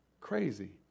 crazy